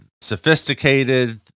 sophisticated